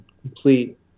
complete